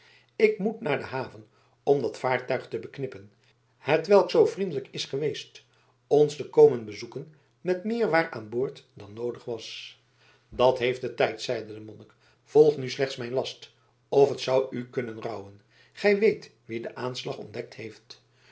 ik moet naar de haven om dat vaartuig te beknippen hetwelk zoo vriendelijk is geweest ons te komen bezoeken met meer waar aan boord dan noodig was dat heeft den tijd zeide de monnik volg nu slechts mijn last of t zou u kunnen rouwen gij weet wie den aanslag ontdekt heeft